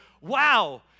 wow